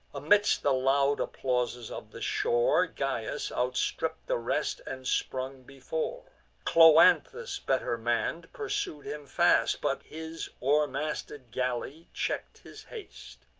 amidst the loud applauses of the shore, gyas outstripp'd the rest, and sprung before cloanthus, better mann'd, pursued him fast, but his o'er-masted galley check'd his haste.